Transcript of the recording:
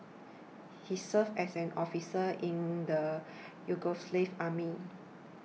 he served as an officer in the Yugoslav army